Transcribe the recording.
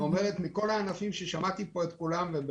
כל הענפים שנשמעו פה לא